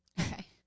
okay